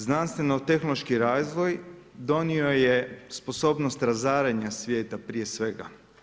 Znanstveno-tehnološki razvoj donio je sposobnost razaranja svijeta prije svega.